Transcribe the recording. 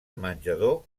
menjador